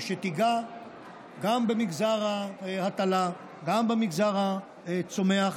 שתיגע גם במגזר ההטלה, גם במגזר הצומח.